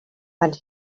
and